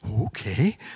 okay